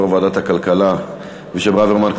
יו"ר ועדת הכלכלה אבישי ברוורמן.